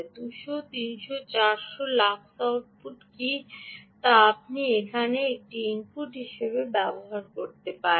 200 300 400 lux output কি তা আপনি এখানে একটি ইনপুট হিসাবে ব্যবহার করতে পারেন